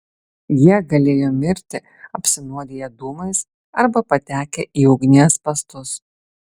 jie galėjo mirti apsinuodiję dūmais arba patekę į ugnies spąstus